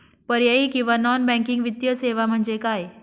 पर्यायी किंवा non banking वित्तीय सेवा म्हणजे काय?